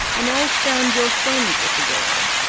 and i'll stand your friend with the girl,